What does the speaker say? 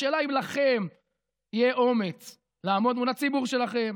השאלה אם לכם יהיה אומץ לעמוד מול הציבור שלכם,